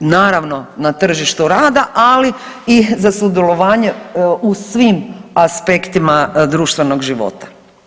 naravno na tržištu rada, ali i za sudjelovanje u svim aspektima društvenog života.